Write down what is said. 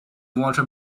walter